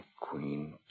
Queen